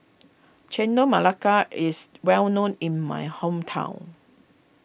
Chendol Melaka is well known in my hometown